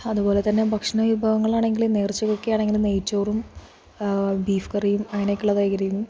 അതുപോലെത്തന്നെ ഭക്ഷണ വിഭവങ്ങളാണെങ്കിൽ നേർച്ചയ്ക്കൊക്കെയാണെങ്കിൽ നെയ്ച്ചോറും ബീഫ് കറിയും അങ്ങനെയൊക്കെ ഉള്ളതായിരിക്കും